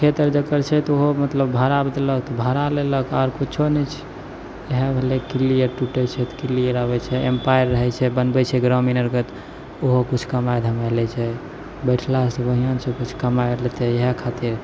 खेत आर जकर छै तऽ ओहो मतलब भाड़ापर देलक भाड़ा लेलक आओर किछु नहि छै इएह भेलै किल्ली आर टूटै छै तऽ किल्ली आर आबै छै अम्पायर रहै छै बनबै छै ग्रामीण आओरके ओहो किछु कमाइ धमाइ लै छै बैठलासँ बढ़िआँ छै किछु कमाइ लेतै इएह खातिर